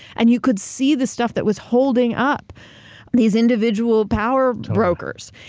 and you could see the stuff that was holding up these individual power brokers.